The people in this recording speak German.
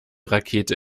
rakete